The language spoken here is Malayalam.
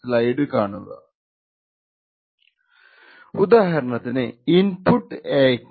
സ്ലൈഡ് കാണുക സമയം 950 ഉദാഹരണത്തിന് ഇൻപുട്ട് എ ക്ക്